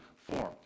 form